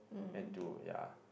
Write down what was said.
and to ya